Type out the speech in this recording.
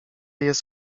jest